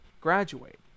graduate